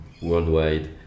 worldwide